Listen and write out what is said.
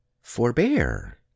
Forbear